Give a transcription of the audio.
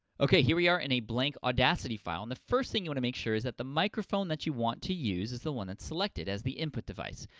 ok, here we are in a blank audacity file and the first thing you want to make sure is that the microphone that you want to use is the one that's selected as the input device.